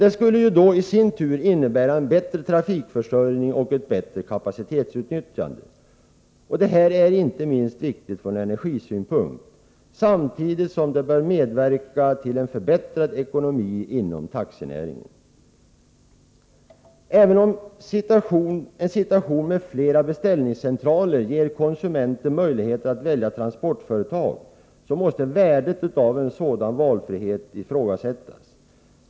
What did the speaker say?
Detta skulle i sin tur innebära en bättre trafikförsörjning och ett bättre kapacitetsutnyttjande. Det här är inte minst viktigt från energisynpunkt, samtidigt som det bör medverka till en förbättrad ekonomi inom taxinäringen. Även om en situation med flera beställningscentraler ger konsumenten möjlighet att välja transportföretag, måste värdet av en sådan valfrihet ifrågasättas.